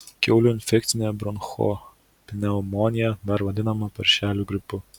kiaulių infekcinė bronchopneumonija dar vadinama paršelių gripu